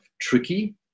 tricky